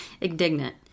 Indignant